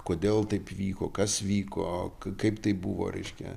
kodėl taip vyko kas vyko kaip tai buvo reiškia